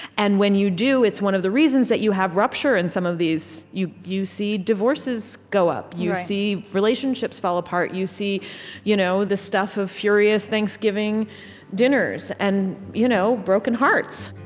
and when you do, it's one of the reasons that you have rupture in some of these. you you see divorces go up you see relationships fall apart you see you know the stuff of furious thanksgiving dinners and you know broken hearts